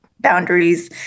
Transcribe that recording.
boundaries